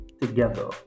together